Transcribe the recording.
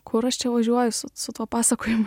kur aš čia važiuoju su su tuo pasakojimu